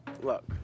Look